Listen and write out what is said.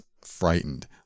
frightened